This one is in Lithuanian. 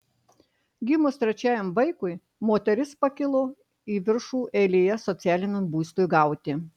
gimus trečiajam vaikui moteris pakilo į viršų eilėje socialiniam būstui gauti